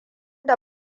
da